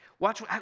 Watch